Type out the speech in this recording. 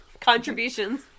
contributions